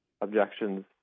objections